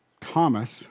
Thomas